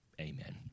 amen